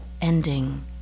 ending